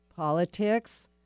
politics